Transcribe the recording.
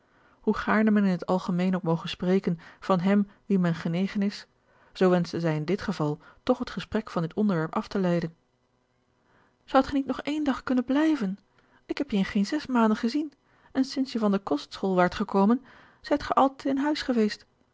hoe gaarne men in het algemeen ook moge spreken van hem wien men genegen is zoo wenschte zij in dit geval toch het gesprek van dit onderwerp af te leiden zoudt gij niet nog één dag kunnen blijven ik heb je in geen zes maanden gezien en sinds je van de kostschool waart gekomen zijt ge altijd in huis geweest